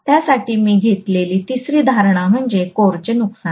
त्यासाठी मी घेतलेली तिसरी धारणा म्हणजे कोरचे नुकसान